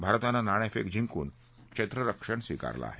भारतानं नाणेफेक जिंकून क्षेत्ररक्षण स्वीकारलं आहे